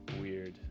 weird